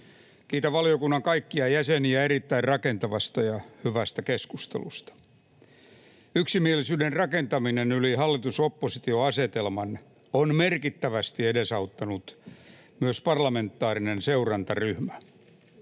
Kiitän valiokunnan kaikkia jäseniä erittäin rakentavasta ja hyvästä keskustelusta. Yksimielisyyden rakentamista yli hallitus—oppositio-asetelman on merkittävästi edesauttanut myös parlamentaarinen seurantaryhmä.